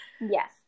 Yes